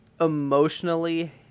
emotionally